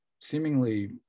seemingly